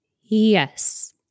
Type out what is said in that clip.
yes